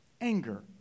Anger